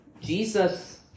Jesus